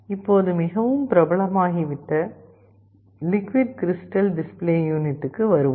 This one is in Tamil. இப்போது மிகவும் பிரபலமாகிவிட்ட லிக்விட் கிரிஸ்டல் டிஸ்ப்ளே யூனிட்டுக்கு வருவோம்